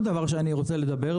דבר נוסף שאני רוצה להגיד,